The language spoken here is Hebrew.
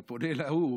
אתה פונה אל ההוא,